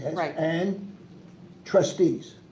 and rep and trustees.